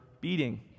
beating